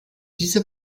dieser